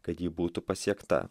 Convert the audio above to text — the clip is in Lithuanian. kad ji būtų pasiekta